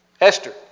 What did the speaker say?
Esther